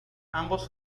ambos